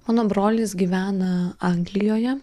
mano brolis gyvena anglijoje